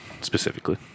specifically